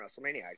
WrestleMania